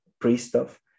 pre-stuff